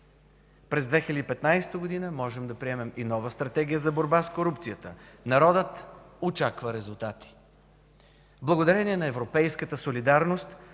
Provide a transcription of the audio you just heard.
През 2015 г. можем да приемем и нова Стратегия за борба с корупцията. Народът очаква резултати. Благодарение на европейската солидарност